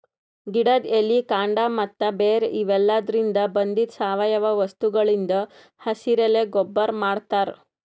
ಗಿಡದ್ ಎಲಿ ಕಾಂಡ ಮತ್ತ್ ಬೇರ್ ಇವೆಲಾದ್ರಿನ್ದ ಬಂದಿದ್ ಸಾವಯವ ವಸ್ತುಗಳಿಂದ್ ಹಸಿರೆಲೆ ಗೊಬ್ಬರ್ ಮಾಡ್ತಾರ್